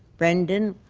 brendan,